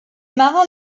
marins